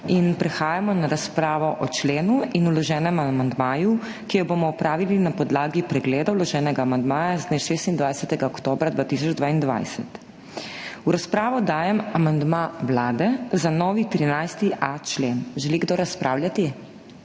Prehajamo na razpravo o členu in vloženem amandmaju, ki jo bomo opravili na podlagi pregleda vloženega amandmaja z dne 26. oktobra 2022. V razpravo dajem amandma Vlade za novi 13.a člen. Želi kdo razpravljati?